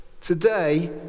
Today